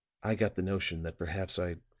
i got the notion that perhaps i